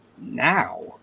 now